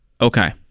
Okay